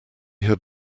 had